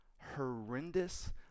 horrendous